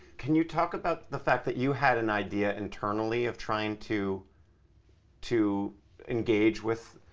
can you talk about the fact that you had an idea internally of trying to to engage with,